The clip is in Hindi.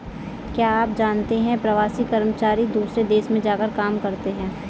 क्या आप जानते है प्रवासी कर्मचारी दूसरे देश में जाकर काम करते है?